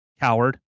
coward